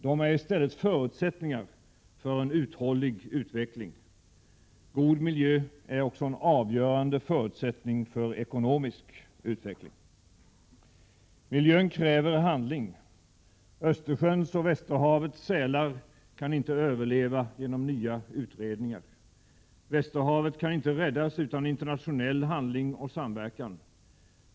De är i stället förutsättningar för en uthållig utveckling. God miljö är också en avgörande förutsättning för ekonomisk utveckling. Miljön kräver handling. Östersjöns och Västerhavets sälar kan inte överleva genom nya utredningar. Västerhavet kan inte räddas utan internationell handling och samverkan.